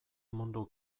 mundu